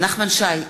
נחמן שי,